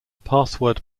password